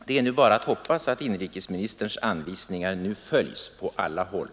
Det är bara att hoppas att inrikesministerns anvisningar nu följs på alla håll.